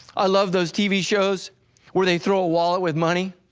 i love those tv shows where they throw a wallet with money,